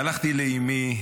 והלכתי לאימי,